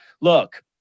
look